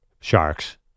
Sharks